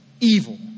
evil